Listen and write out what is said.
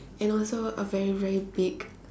and also a very very big